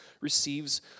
receives